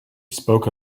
spoke